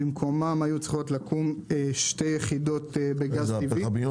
ובמקומן היו צריכות לקום שתי יחידות בגז טבעי.